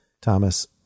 Thomas